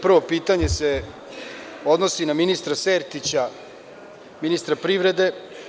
Prvo pitanje se odnosi na ministra Sertića, ministra privrede.